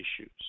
issues